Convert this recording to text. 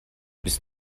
bist